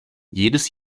jedes